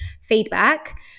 feedback